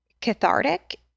cathartic